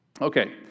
Okay